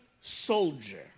soldier